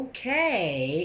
Okay